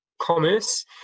commerce